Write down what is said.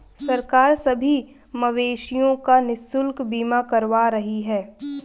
सरकार सभी मवेशियों का निशुल्क बीमा करवा रही है